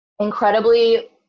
Incredibly